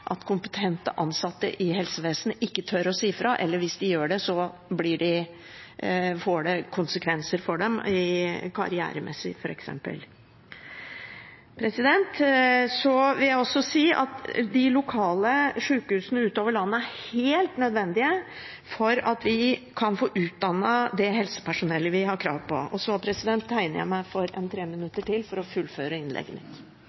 at kompetente ansatte i helsevesenet ikke tør å si fra, eller at hvis de gjør det, får det konsekvenser for dem, f.eks. karrieremessig. Jeg vil også si at de lokale sykehusene utover i landet er helt nødvendige for at vi kan få utdannet det helsepersonellet vi har krav på. Og så, president, tegner jeg meg til en treminutter til for å fullføre innlegget mitt.